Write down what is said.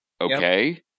Okay